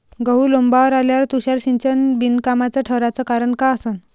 गहू लोम्बावर आल्यावर तुषार सिंचन बिनकामाचं ठराचं कारन का असन?